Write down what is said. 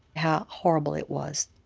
how horrible it was,